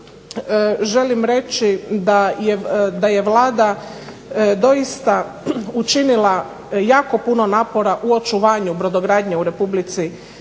želim reći da je Vlada doista učinila jako puno napora u očuvanju brodogradnje u Republici